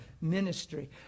ministry